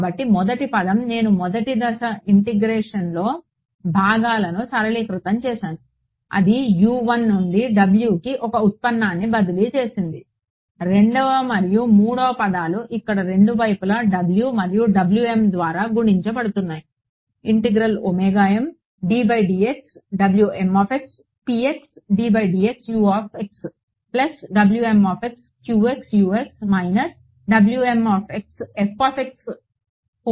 కాబట్టి మొదటి పదం నేను మొదటి దశ ఇంటిగ్రేషన్లో భాగాలను సరళీకృతం చేసాను అది U 1 నుండి Wకి ఒక ఉత్పన్నాన్ని బదిలీ చేసింది రెండవ మరియు మూడవ పదం అక్కడ రెండు వైపులా W మరియు W m ద్వారా గుణించబడుతుంది